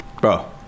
bro